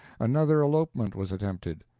another elopement was attempted.